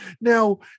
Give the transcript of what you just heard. Now